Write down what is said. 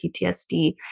PTSD